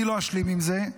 אני לא אשלים עם זה,